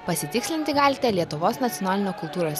pasitikslinti galite lietuvos nacionalinio kultūros